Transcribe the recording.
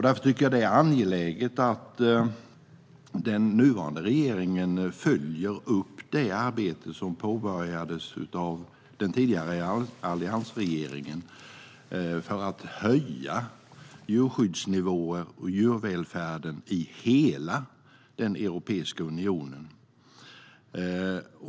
Därför tycker jag att det är angeläget att den nuvarande regeringen följer upp det arbete som påbörjades av den tidigare alliansregeringen för att höja djurskyddsnivån och djurvälfärden i hela den europeiska unionen.